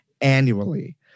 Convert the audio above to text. annually